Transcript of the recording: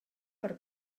per